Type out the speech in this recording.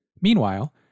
Meanwhile